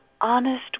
honest